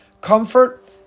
Comfort